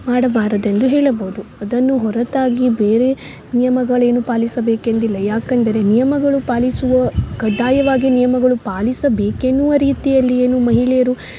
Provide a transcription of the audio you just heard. ಮಾಡಬಾರದೆಂದು ಹೇಳಬೌದು ಅದನ್ನು ಹೊರತಾಗಿ ಬೇರೆ ನಿಯಮಗಳೇನು ಪಾಲಿಸಬೇಕೆಂದಿಲ್ಲ ಯಾಕಂದರೆ ನಿಯಮಗಳು ಪಾಲಿಸುವ ಕಡ್ಡಾಯವಾಗಿ ನಿಯಮಗಳು ಪಾಲಿಸಬೇಕೆನ್ನುವ ರೀತಿಯಲ್ಲಿ ಏನು ಮಹಿಳೆಯರು